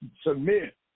submit